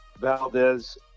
Valdez